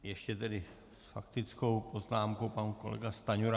Ještě s faktickou poznámkou pan kolega Stanjura.